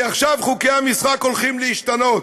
מעכשיו חוקי המשחק הולכים להשתנות.